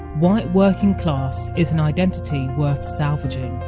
white working class is an identity worth salvaging